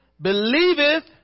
believeth